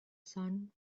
sun